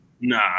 Nah